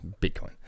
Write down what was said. Bitcoin